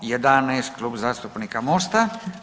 11., Klub zastupnika Mosta.